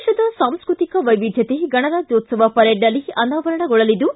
ದೇಶದ ಸಾಂಸ್ಕೃತಿಕ ವೈವಿಧ್ವತೆ ಗಣರಾಜ್ಯೋತ್ಸವ ಪರೇಡ್ನಲ್ಲಿ ಅನಾವರಣಗೊಳ್ಳಲಿದ್ದು